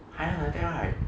Hyatt hotel right